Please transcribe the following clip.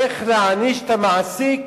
איך נעניש את המעסיק?